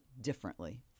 differently